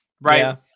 right